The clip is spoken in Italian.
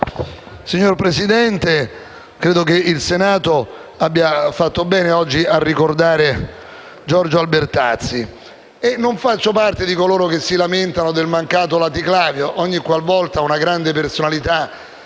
Signor Presidente, credo che il Senato abbia fatto bene oggi a ricordare Giorgio Albertazzi. Non faccio parte di coloro che si lamentano del mancato laticlavio. Ogni qualvolta una grande personalità